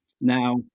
Now